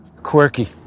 Quirky